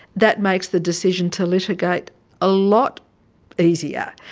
that makes the decision to litigate a lot easier.